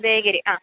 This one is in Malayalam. ഉദയഗിരി ആ